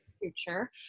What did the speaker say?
future